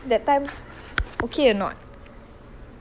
that time okay or not